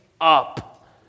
up